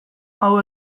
hau